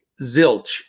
zilch